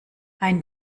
ein